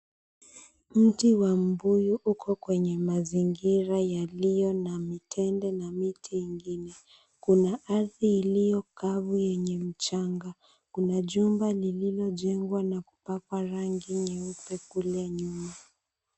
Mti wa mbuyu uko kwenye mazingira yaliyo na mitende na miti nyingine. Kuna ardhi kavu yenye mchanga, kuna jumba lililojengwa na kupakwa rangi nyeupe kule nyuma.